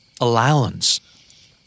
Allowance